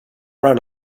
run